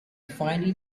finally